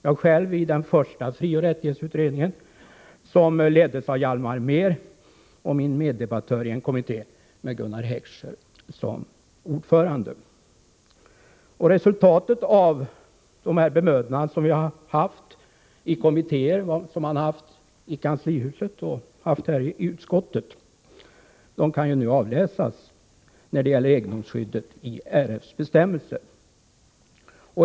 Jag själv var med i den första frioch rättighetsutredningen, som leddes av Hjalmar Mehr, och Anders Björck var ledamot av en kommitté där Gunnar Heckscher var ordförande. Resultatet av bemödandena i kommittéer, i kanslihuset och i konstitutionsutskottet kan nu när det gäller egendomsskyddet av i regeringsformens bestämmelser.